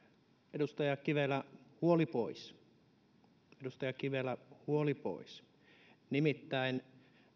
edustaja kivelä huoli pois edustaja kivelä huoli pois nimittäin